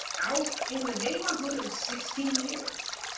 out in the neighborhood of sixteen years.